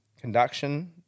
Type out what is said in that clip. conduction